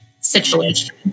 situation